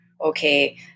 okay